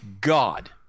God